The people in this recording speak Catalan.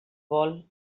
vol